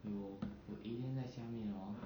有有 alien 在下面